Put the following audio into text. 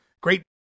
great